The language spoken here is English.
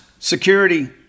Security